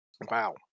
Wow